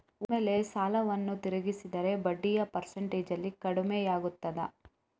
ಒಮ್ಮೆಲೇ ಸಾಲವನ್ನು ತೀರಿಸಿದರೆ ಬಡ್ಡಿಯ ಪರ್ಸೆಂಟೇಜ್ನಲ್ಲಿ ಕಡಿಮೆಯಾಗುತ್ತಾ?